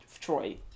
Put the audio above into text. Troy